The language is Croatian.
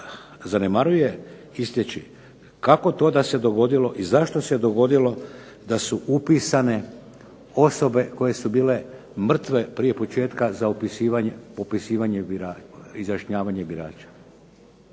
zanemaruje ... kako to da se dogodilo i zašto se dogodilo da su upisane osobe koje su bile mrtve prije početka za upisivanje, izjašnjavanje birača.